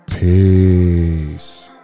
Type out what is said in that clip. Peace